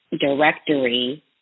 directory